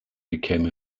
became